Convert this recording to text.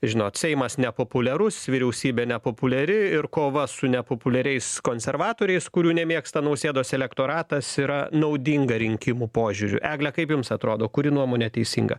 žinot seimas nepopuliarus vyriausybė nepopuliari ir kova su nepopuliariais konservatoriais kurių nemėgsta nausėdos elektoratas yra naudinga rinkimų požiūriu egle kaip jums atrodo kuri nuomonė teisinga